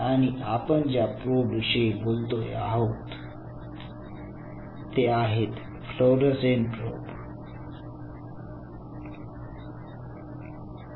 आणि आपण ज्या प्रोब विषयी बोलतोय आहोत ते आहेत फ्लोरोसेंट प्रोब